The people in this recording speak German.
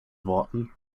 worten